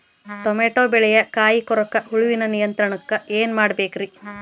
Tomato ಬೆಳೆಯ ಕಾಯಿ ಕೊರಕ ಹುಳುವಿನ ನಿಯಂತ್ರಣಕ್ಕ ಏನ್ ಮಾಡಬೇಕ್ರಿ?